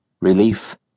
Relief